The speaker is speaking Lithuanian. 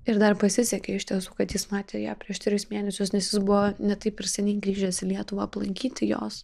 ir dar pasisekė iš tiesų kad jis matė ją prieš mėnesius nes jis buvo ne taip ir seniai grįžęs į lietuvą aplankyti jos